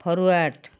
forward